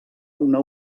una